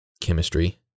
chemistry